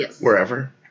wherever